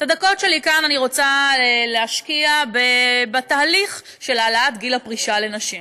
את הדקות שלי כאן אני רוצה להשקיע בתהליך של העלאת גיל הפרישה לנשים.